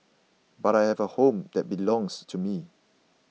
but I have a home that belongs to me